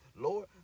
lord